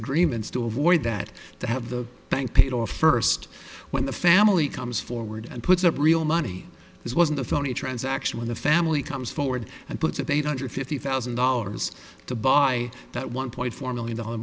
agreements to avoid that to have the bank paid off first when the family comes forward and puts up real money this wasn't a phony transaction when the family comes forward and puts of eight hundred fifty thousand dollars to buy that one point four million dollar